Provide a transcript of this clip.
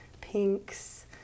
pinks